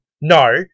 No